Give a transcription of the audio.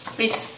Please